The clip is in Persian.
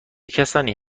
کسانی